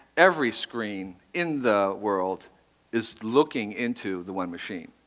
every screen in the world is looking into the one machine.